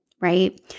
right